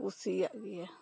ᱠᱩᱥᱤᱭᱟᱜ ᱜᱮᱭᱟ